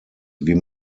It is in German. wie